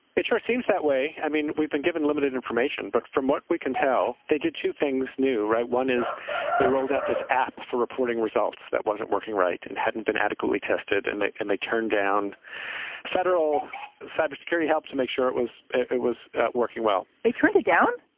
it sure seems that way. i mean, we've been given limited information, but from what we can tell, they did two things new, right? one is they rolled out this app for reporting results that wasn't working right and hadn't been adequately tested. and they and they turned down federal cybersecurity help to make sure it was it it was working well, they turned it down.